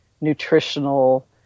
nutritional